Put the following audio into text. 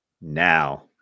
now